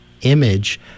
image